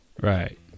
Right